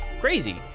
crazy